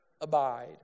abide